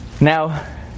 Now